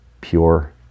pure